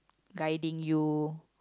guiding you